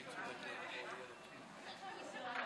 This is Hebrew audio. התשפ"א 2020, נתקבל.